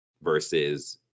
versus